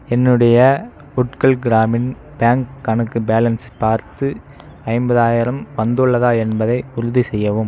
என்னுடைய உட்கல் கிராமின் பேங்க் கணக்கு பேலன்ஸ் பார்த்து ஐம்பதாயிரம் வந்துள்ளதா என்பதை உறுதிசெய்யவும்